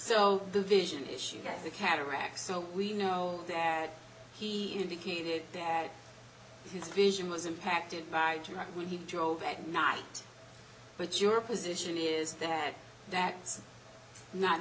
the vision issue got a cataract so we know that he indicated that his vision was impacted by july when he drove at night but your position is that that's not